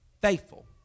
Faithful